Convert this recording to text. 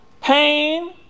pain